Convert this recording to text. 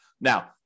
Now